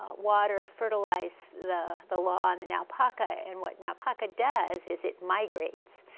water, fertilize the the lawn and naupaka and what naupaka does is it migrates.